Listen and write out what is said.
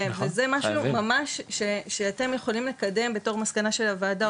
וזה משהו ממש שאתם יכולים לקדם בתוך מסקנה של הוועדה,